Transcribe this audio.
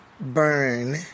burn